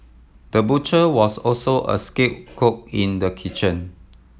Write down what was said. the butcher was also a skilled cook in the kitchen